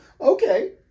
okay